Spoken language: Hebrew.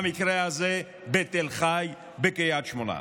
במקרה הזה בתל חי, בקריית שמונה,